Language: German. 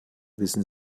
wissen